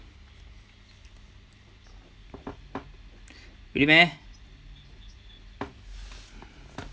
really meh